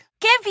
Give